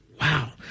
Wow